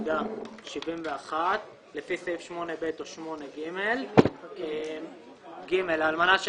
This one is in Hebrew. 461.71 לפי סעיף 8(ב) או 8(ג) --- (ג) לאלמנה של